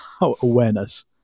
awareness